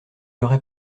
aurait